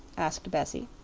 asked bessie.